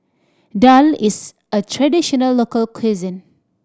daal is a traditional local cuisine